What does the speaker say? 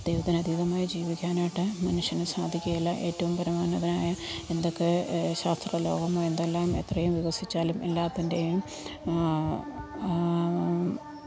ദൈവത്തിന് അതീതമായി ജീവിക്കാനായിട്ട് മനുഷ്യന് സാധിക്കുകയില്ല ഏറ്റവും പരമോന്നതനായ എന്തൊക്കെ ശാസ്ത്ര ലോകം എന്തെല്ലാം എത്രയും വികസിച്ചാലും എല്ലാറ്റിൻ്റെയും